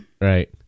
right